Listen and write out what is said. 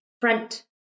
front